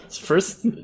first